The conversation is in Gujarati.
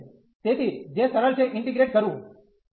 તેથી જે સરળ છે ઇન્ટીગ્રેટ કરવું